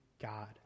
God